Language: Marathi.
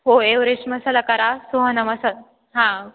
हो एवरेश मसाला करा सुहाना मसाला हां